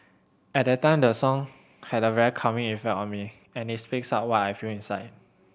at that time the song had a very calming effect on me and it speaks out what I feel inside